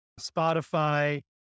Spotify